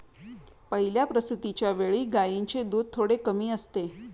पहिल्या प्रसूतिच्या वेळी गायींचे दूध थोडे कमी असते